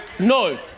No